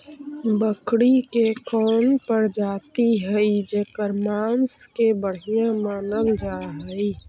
बकरी के कौन प्रजाति हई जेकर मांस के बढ़िया मानल जा हई?